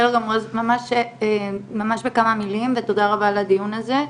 ממש כמה מילים, ותודה רבה על הדיון הזה.